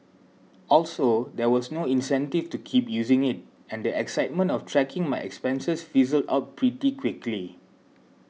also there was no incentive to keep using it and the excitement of tracking my expenses fizzled out pretty quickly